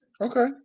Okay